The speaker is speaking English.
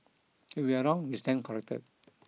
if we are wrong we stand corrected